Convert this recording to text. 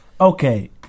Okay